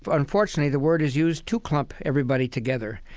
um unfortunately, the word is used to clump everybody together.